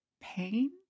pain